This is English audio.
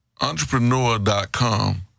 entrepreneur.com